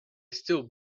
still